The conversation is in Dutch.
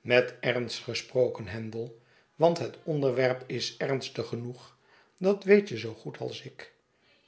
met ernst gesproken handel want het onderwerp is ernstig genoeg dat weet je zoo goed als ik